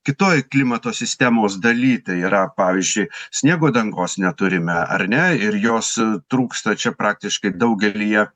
kitoj klimato sistemos daly tai yra pavyzdžiui sniego dangos neturime ar ne ir jos trūksta čia praktiškai daugelyje